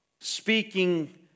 speaking